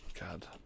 God